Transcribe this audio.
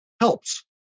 helps